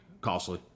costly